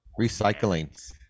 Recycling